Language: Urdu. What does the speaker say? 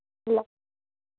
اللہ